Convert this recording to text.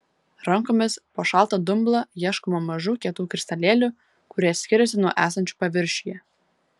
rankomis po šaltą dumblą ieškoma mažų kietų kristalėlių kurie skiriasi nuo esančių paviršiuje